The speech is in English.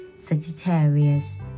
Sagittarius